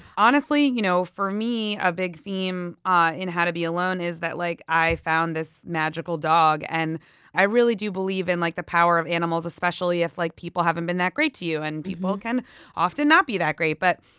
honestly, you know for me, a big theme ah in how to be alone is that like i found this magical dog. and i really do believe in like the power of animals, especially if like people haven't been that great to you and people can often not be that great. but,